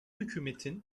hükümetin